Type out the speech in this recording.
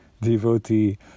devotee